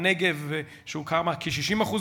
שום דבר לא על חשבונם.